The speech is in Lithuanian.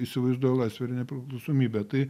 įsivaizduoja laisvę ir nepriklausomybę tai